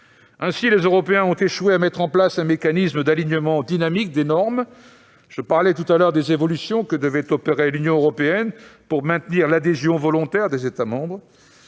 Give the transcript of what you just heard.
Ainsi, les Européens ont échoué à mettre en place un mécanisme d'alignement dynamique des normes. Je parlais tout à l'heure des évolutions que devait opérer l'Union européenne pour maintenir l'adhésion volontaire des États membres.